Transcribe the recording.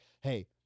hey